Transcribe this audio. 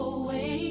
away